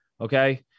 Okay